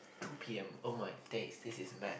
two p_m oh my days this is mad